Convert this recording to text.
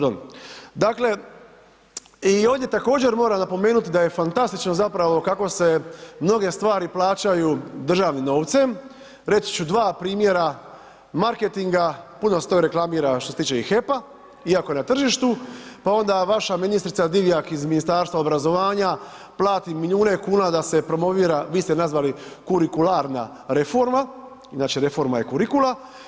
Dakle, ovdje također moram napomenuti, da je fantastično zapravo kako se mnoge stvari plaćaju državnim novcem, reći ću 2 primjera marketinga, puno se to reklamira, što se tiče i HEP-a iako je na tržištu, pa onda i vaša ministrica Divjak iz Ministarstva obrazovanja, plati milijune kune da se promovira, vi ste ju nazvali kurikularna reforma, inače reforma je kurikula.